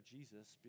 Jesus